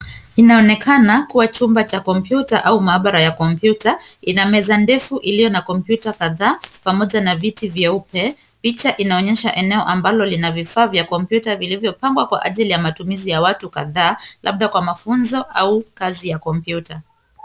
Inaonekana kuwa chumba cha kompyuta au maabara ya kompyuta ina meza ndefu iliyo na kompyuta kadhaa pamoja na viti vyeupe, picha inaonyesha eneo ambalo lina vifaa vya kompyuta vilivyopangwa kwa ajili ya matumizi ya watu kadha labda kwa mafunzo au kazi ya kompyuta.